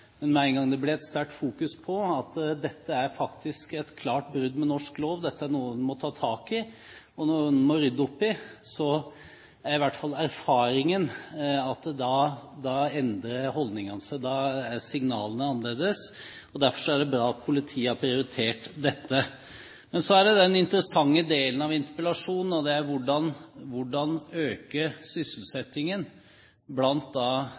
men med en gang det blir et sterkt fokus på at dette faktisk er et klart brudd med norsk lov og noe en må ta tak i, noe en må rydde opp i, så er i hvert fall erfaringen at da endrer holdningene seg. Da er signalene annerledes. Derfor er det bra at politiet har prioritert dette. Så er det den interessante delen av interpellasjonen, og det er hvordan